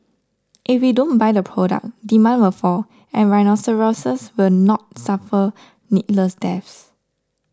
if we don't buy the product demand will fall and rhinoceroses will not suffer needless deaths